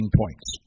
points